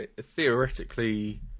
theoretically